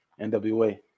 nwa